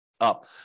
up